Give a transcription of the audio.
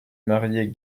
marier